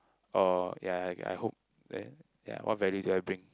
oh ya ya I hope that ya what values do I bring